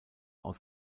aus